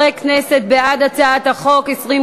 ההוצאה התקציבית (תיקון מס' 15) (שיעור הגירעון בשנות